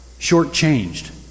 shortchanged